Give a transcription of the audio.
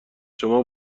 شما